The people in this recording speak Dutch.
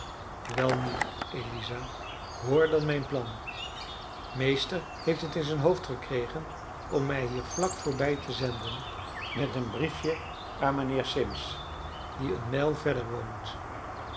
welnu eliza hoor dan mijn plan meester heeft het in zijn hoofd gekregen om mij hier vlak voorbij te zenden met een briefje aan mijnheer simmes die eene mijl verder woont